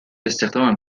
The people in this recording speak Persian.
استخدامم